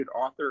author